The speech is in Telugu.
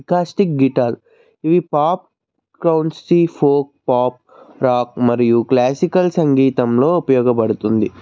అకాస్టిక్ గిటార్ ఇవి పాప్ క్లౌన్సీ పాప్ రాక్ మరియు క్లాసికల్ సంగీతంలో ఉపయోగపడుతుంది